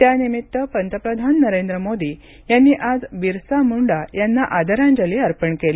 त्यानिमित्त पंतप्रधान नरेंद्र मोदी यांनी आज बिरसा मुंडा यांना आदरांजली अर्पण केली